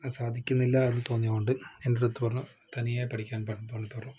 അത് സാധികുന്നില്ല എന്ന് തോന്നിയതുകൊണ്ട് എന്റടുത്ത് പറഞ്ഞു തനിയെ പഠിക്കാന് പറഞ്ഞു പലപ്പോഴും